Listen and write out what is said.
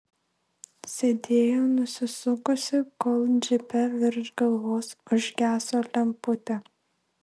sėdėjo nusisukusi kol džipe virš galvos užgeso lemputė